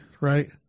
right